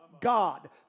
God